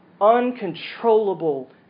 Uncontrollable